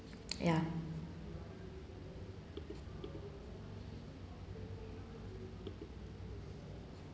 ya